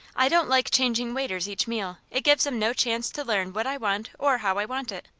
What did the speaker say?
i don't like changing waiters each meal. it gives them no chance to learn what i want or how i want it.